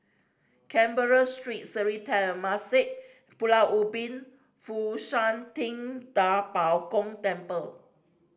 Canberra Street Sri Temasek Pulau Ubin Fo Shan Ting Da Bo Gong Temple